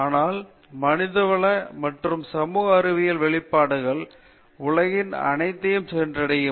அனால் மனிதவள மற்றும் சமூக அறிவியல்கள் வெளிப்பாடுகள் உலகின் அனைவரையும் சென்றடையும்